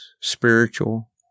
spiritual